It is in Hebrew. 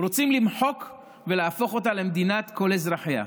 רוצים למחוק ולהפוך אותה למדינת כל אזרחיה.